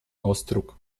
ausdruck